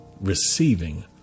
receiving